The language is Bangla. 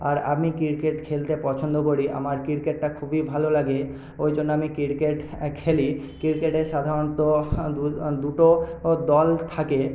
আর আমি ক্রিকেট খেলতে পছন্দ করি আমার ক্রিকেটটা খুবই ভালো লাগে ওই জন্য আমি ক্রিকেট খেলি ক্রিকেটে সাধারণত দু দুটো দল থাকে